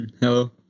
Hello